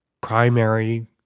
primary